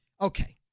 Okay